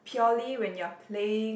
purely when you're playing